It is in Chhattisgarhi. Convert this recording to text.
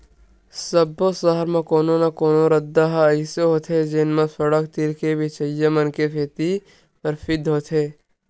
सब्बो सहर म कोनो न कोनो रद्दा ह अइसे होथे जेन म सड़क तीर के बेचइया मन के सेती परसिद्ध होथे